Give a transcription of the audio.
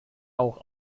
auch